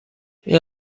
این